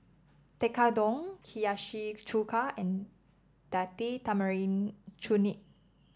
Tekkadon Hiyashi Chuka and Date Tamarind Chutney